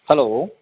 hello